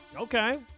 Okay